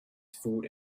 food